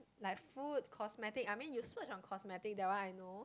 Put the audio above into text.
like food cosmetic I mean you splurge on cosmetic that one I know